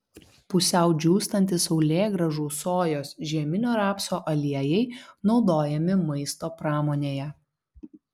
pusiau džiūstantys saulėgrąžų sojos žieminio rapso aliejai naudojami maisto pramonėje